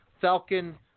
Falcon